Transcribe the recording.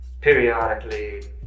periodically